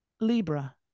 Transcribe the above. libra